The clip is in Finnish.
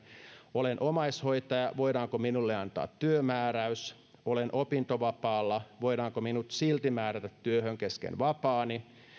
olen omaishoitaja voidaanko minulle antaa työmääräys olen opintovapaalla voidaanko minut silti määrätä työhön kesken vapaani